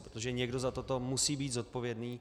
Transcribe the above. Protože někdo za toto musí být zodpovědný.